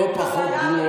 לא פחות.